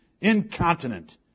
incontinent